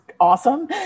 awesome